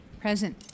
Present